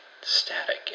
static